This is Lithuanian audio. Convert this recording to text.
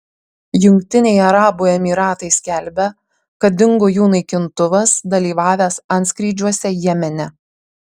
jungtiniai arabų emyratai skelbia kad dingo jų naikintuvas dalyvavęs antskrydžiuose jemene